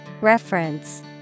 Reference